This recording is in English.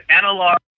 analog